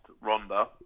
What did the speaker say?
Ronda